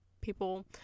people